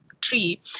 tree